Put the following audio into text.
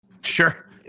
Sure